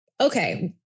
okay